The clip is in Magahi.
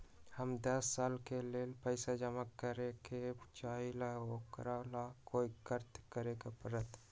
हम दस साल के लेल पैसा जमा करे के चाहईले, ओकरा ला कथि करे के परत?